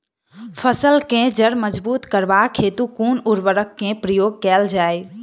फसल केँ जड़ मजबूत करबाक हेतु कुन उर्वरक केँ प्रयोग कैल जाय?